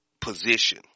position